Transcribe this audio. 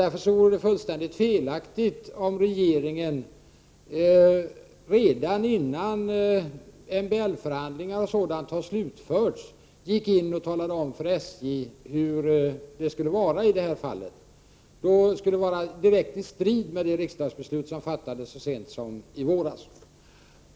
Därför vore det fullständigt felaktigt om regeringen, redan innan MBL förhandlingar och sådant har slutförts, gick ut och talade om för SJ hur det skall vara. Det skulle direkt stå i strid med det riksdagsbeslut som fattades i våras.